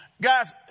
Guys